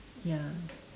ya